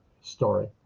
story